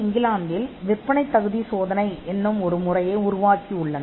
இங்கிலாந்தில் உள்ள குறியீடுகளும் விற்பனை சோதனை என்று அழைக்கப்படுகின்றன